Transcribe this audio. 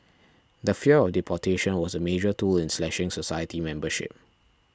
the fear of deportation was a major tool in slashing society membership